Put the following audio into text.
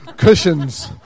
Cushions